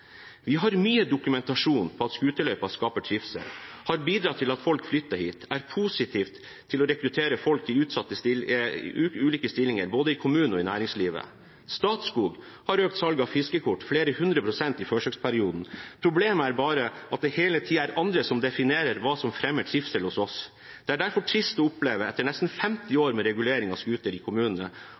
Vi har mye dokumentasjon på at scooterløyper skaper trivsel og har bidratt til at folk flytter hit. Det er positivt for å rekruttere folk til ulike stillinger både i kommunen og i næringslivet. Statskog har økt salget av fiskekort med flere hundre prosent i forsøksperioden. Problemet er bare at det hele tiden er andre som definerer hva som fremmer trivsel hos oss. Det er derfor trist å oppleve at etter nesten 50 år med reguleringer av scooter i kommunene,